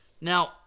Now